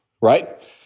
right